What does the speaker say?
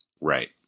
right